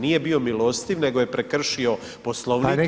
Nije bio milostiv nego je prekršio Poslovnik…